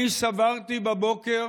אני סברתי בבוקר